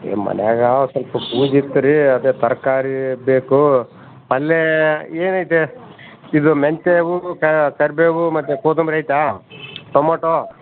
ಏಯ್ ಮನ್ಯಾಗೆ ಒಂದು ಸ್ವಲ್ಪ ಪೂಜೆ ಇತ್ತು ರೀ ಅದೇ ತರಕಾರಿ ಬೇಕು ಅಲ್ಲೇ ಏನು ಐತೆ ಇದು ಮೆಂತೇ ಕ ಕರಿಬೇವು ಮತ್ತು ಕೊತ್ತುಂಬರಿ ಐತಾ ಟಮೋಟೋ